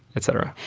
et cetera.